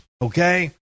Okay